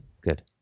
good